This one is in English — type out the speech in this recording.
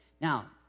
Now